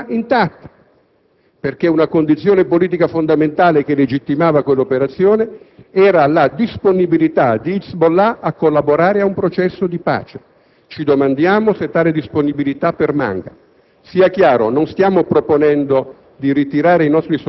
che hanno permesso questa operazione siano ancora intatte perché una condizione politica fondamentale che legittimava quell'operazione era la disponibilità di Hezbollah a collaborare ad un processo di pace. Ci domandiamo se tale disponibilità permanga.